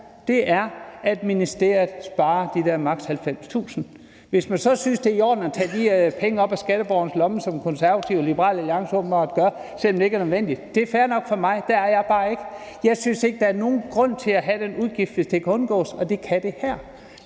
her, er, at ministeriet sparer de der maks. 90.000 kr. Hvis man så synes, det er i orden at tage de penge op af skatteborgernes lommer, som Konservative og Liberal Alliance åbenbart gør, selv om det ikke er nødvendigt, er det fair nok for mig. Der er jeg bare ikke. Jeg synes ikke, der er nogen grund til at have den udgift, hvis det kan undgås, og det kan det her.